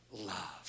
love